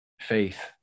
faith